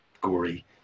gory